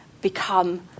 become